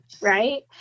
Right